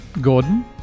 Gordon